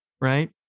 right